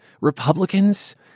Republicans